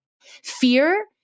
fear